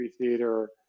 theater